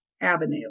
Avenue